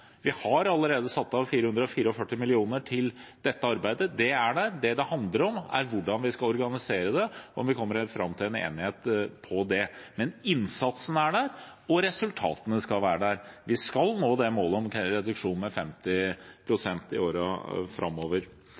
Vi har allerede satt av 444 mill. kr til dette arbeidet. Det er der. Det det handler om, er hvordan vi skal organisere det, og om vi kommer fram til en enighet om det. Men innsatsen er der, og resultatene skal være der. Vi skal nå det målet om reduksjon med 50 pst. i årene framover.